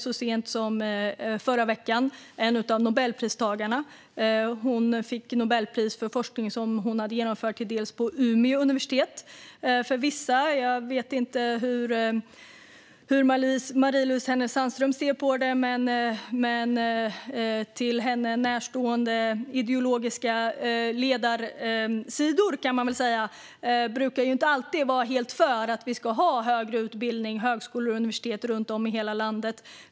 Så sent som i förra veckan mötte jag en av Nobelpristagarna, och hon fick Nobelpris för forskning som hon till del hade genomfört vid Umeå universitet. Jag vet inte hur Marie-Louise Hänel Sandström ser på det, men vissa till henne ideologiskt närstående ledarsidor - kan man väl säga - brukar inte alltid vara helt för att vi ska ha högre utbildning, högskolor och universitet runt om i hela landet.